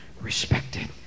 respected